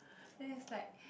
then it's like